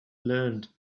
learned